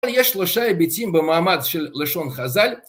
יש שלושה היבטים במעמד של לשון חז"ל